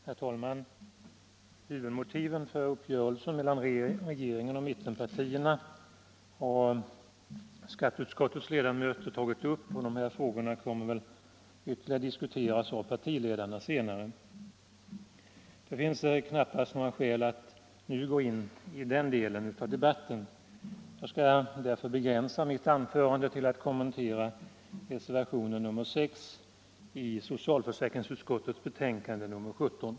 Herr talman! Huvudmotiven för uppgörelsen mellan regeringen och mittenpartierna har skatteutskottets ledamöter tagit upp, och de frågorna kommer väl att diskuteras ytterligare av partiledarna senare. Det finns knappast några skäl att nu gå in i den delen av debatten. Jag skall därför begränsa mitt anförande till att kommentera reservationen 6 vid socialförsäkringsutskottets betänkande nr 17.